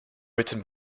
written